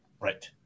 Right